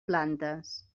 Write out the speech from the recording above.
plantes